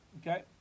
Okay